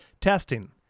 testing